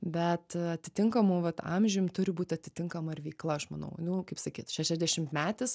bet atitinkamų vat amžium turi būt atitinkama ir veikla aš manau nu kaip sakyt šešiasdešimmetis